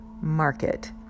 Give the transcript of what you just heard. market